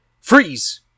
Freeze